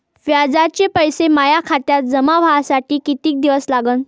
व्याजाचे पैसे माया खात्यात जमा व्हासाठी कितीक दिवस लागन?